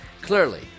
clearly